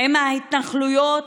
עם ההתנחלויות,